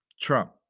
Trump